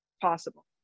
possible